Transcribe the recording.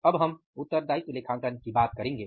अब हम उत्तरदायित्व लेखांकन की बात करेंगे